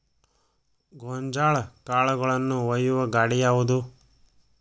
ಗೋಂಜಾಳ ಕಾಳುಗಳನ್ನು ಒಯ್ಯುವ ಗಾಡಿ ಯಾವದು?